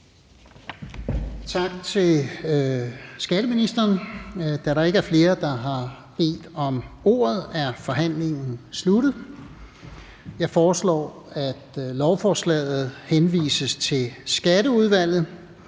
Tak til skatteministeren. Da der ikke er flere, der har bedt om ordet, er forhandlingen sluttet. Jeg foreslår, at lovforslaget henvises til Skatteudvalget.